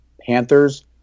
Panthers